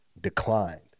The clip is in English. declined